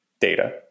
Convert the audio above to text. data